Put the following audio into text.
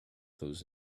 those